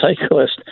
cyclist